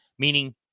meaning